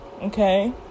okay